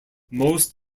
most